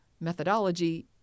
methodology